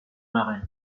marins